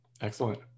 Excellent